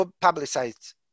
publicized